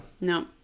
No